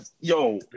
Yo